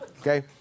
Okay